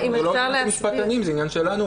זה לא עניין של משפטנים, זה עניין שלנו